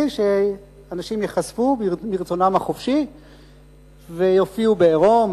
כשאנשים ייחשפו מרצונם החופשי ויופיעו בעירום,